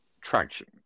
traction